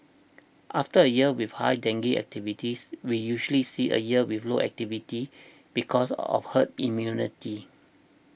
after a year with high dengue activities we usually see a year with low activity because of herd immunity